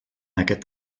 aquest